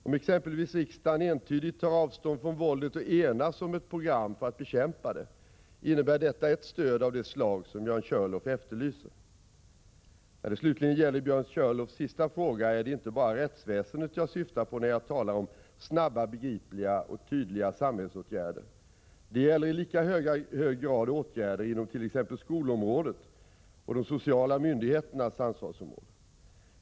Om exempelvis riksdagen entydigt tar avstånd från våldet och enas om ett program för att bekämpa det, innebär detta ett stöd av det slag som Björn Körlof efterlyser. Då det slutligen gäller Björn Körlofs sista fråga är det inte bara rättsväsendet jag syftar på när jag talar om snabba, begripliga och tydliga samhällsåtgärder. Det gäller i lika hög grad åtgärder inom t.ex. skolområdet och de sociala myndigheternas ansvarsområde.